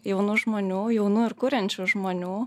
jaunų žmonių jaunų ir kuriančių žmonių